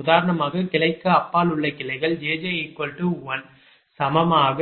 உதாரணமாக கிளைக்கு அப்பால் உள்ள கிளைகள் jj 1 சமமாக